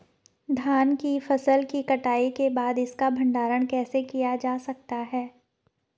धान की फसल की कटाई के बाद इसका भंडारण कैसे किया जा सकता है?